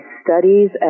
studies